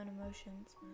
emotions